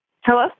Hello